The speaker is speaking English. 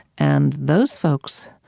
and those folks,